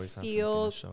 feel